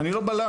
אני לא בלש,